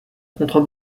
contre